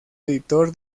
editor